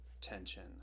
tension